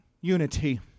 unity